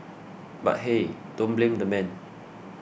but hey don't blame the man